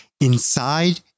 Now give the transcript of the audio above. inside